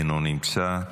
אינו נמצא,